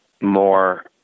more